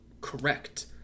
correct